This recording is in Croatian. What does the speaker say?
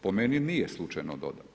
Po meni nije slučajno dodano.